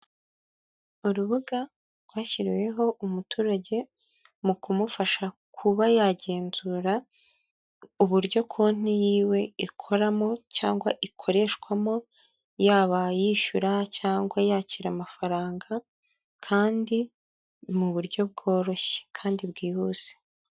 Urubuga rwashyiriweho umuturage mu kumufasha kuba yagenzura uburyo konti yiwe ikoramo cyangwa ikoreshwamo, yaba yishyura cyangwa yakira amafaranga kandi mu buryo bworoshye, kandi bwihuse.